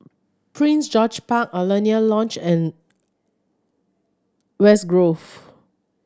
Prince George Park Alaunia Lodge and West Grove